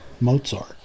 Mozart